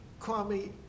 Kwame